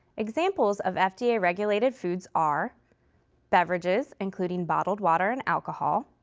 examples of fda-regulated foods are beverages, including bottled water and alcohol,